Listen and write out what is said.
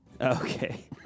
Okay